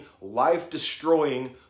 life-destroying